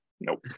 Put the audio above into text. Nope